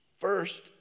First